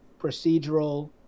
procedural